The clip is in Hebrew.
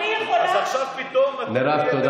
אז עכשיו פתאום אתם בקטע,